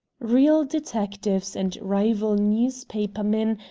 real detectives and rival newspaper men,